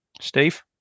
steve